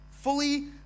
Fully